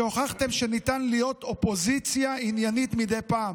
הוכחתם שניתן להיות אופוזיציה עניינית מדי פעם,